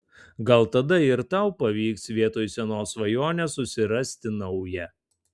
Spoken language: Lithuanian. gal tada ir tau pavyks vietoj senos svajonės susirasti naują